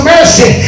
Mercy